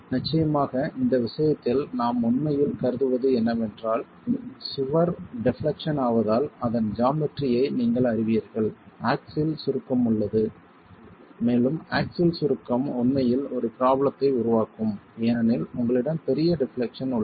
நிச்சயமாக இந்த விஷயத்தில் நாம் உண்மையில் கருதுவது என்னவென்றால் சுவர் டெப்லெக்சன் ஆவதால் அதன் ஜாமெட்ரி ஐ நீங்கள் அறிவீர்கள் ஆக்சில் சுருக்கம் உள்ளது மேலும் ஆக்சில் சுருக்கம் உண்மையில் ஒரு ப்ராப்ளத்தை உருவாக்கும் ஏனெனில் உங்களிடம் பெரிய டெப்லெக்சன் உள்ளன